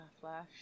Flash